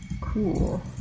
Cool